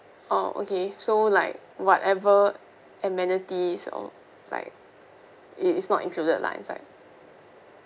oh okay so like whatever amenities or like it it's not included lah inside